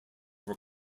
were